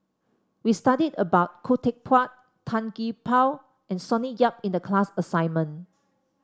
we studied about Khoo Teck Puat Tan Gee Paw and Sonny Yap in the class assignment